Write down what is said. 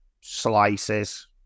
slices